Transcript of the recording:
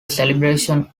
celebration